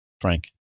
frank